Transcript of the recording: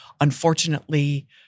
Unfortunately